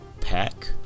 pack